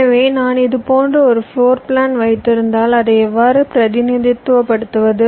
எனவே நான் இது போன்ற ஒரு ஃப்ளோர் பிளான் வைத்திருந்தால் அதை எவ்வாறு பிரதிநிதித்துவப்படுத்துவது